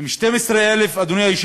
עם 12,369 עובדים, אדוני היושב-ראש.